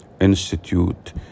institute